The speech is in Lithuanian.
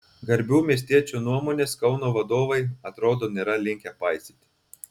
garbių miestiečių nuomonės kauno vadovai atrodo nėra linkę paisyti